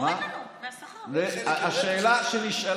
יורד לנו מהשכר, אמסלם.